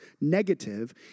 negative